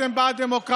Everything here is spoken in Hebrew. אתם בעד דמוקרטיה,